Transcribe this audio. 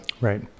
Right